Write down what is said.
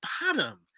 bottom